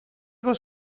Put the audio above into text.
was